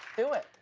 do it.